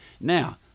now